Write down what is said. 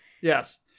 yes